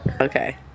Okay